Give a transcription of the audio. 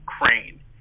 crane